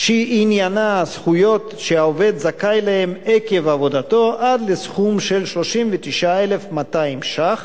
שעניינה הזכויות שהעובד זכאי להן עקב עבודתו עד לסכום של 39,200 שקלים,